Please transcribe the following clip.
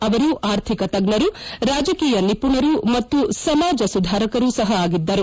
ಅವರು ಆರ್ಥಿಕ ತಜ್ಞರು ರಾಜಕೀಯ ನಿಪುಣರು ಮತ್ತು ಸಮಾಜ ಸುಧಾರಕರು ಸಹ ಆಗಿದ್ದರು